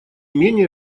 менее